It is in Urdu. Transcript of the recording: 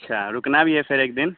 اچھا رکنا بھی ہے پھر ایک دن